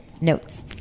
Notes